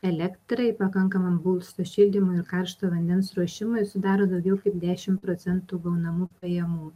elektrai pakankamam būsto šildymui ir karšto vandens ruošimui sudaro daugiau kaip dešimt procentų gaunamų pajamų